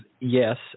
yes